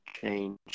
change